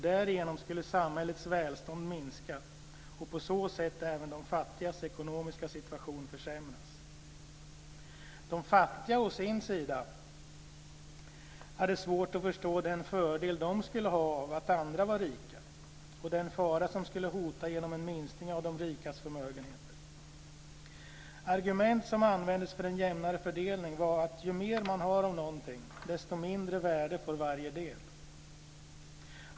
Därigenom skulle samhällets välstånd minska, och på så sätt skulle även de fattigas ekonomiska situation försämras. De fattiga å sin sida hade svårt att förstå vilken fördel de skulle dra av att andra var rika och den fara som skulle hota genom en minskning av de rikas förmögenheter. Argument som användes för en jämnare fördelning var detta: Ju mer man har av någonting, desto mindre värde får varje del.